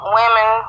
women